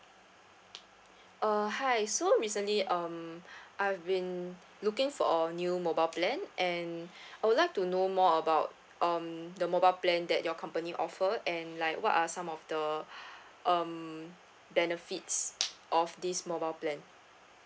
uh hi so recently um I've been looking for a new mobile plan and I would like to know more about um the mobile plan that your company offer and like what are some of the um benefits of this mobile plan